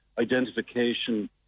identification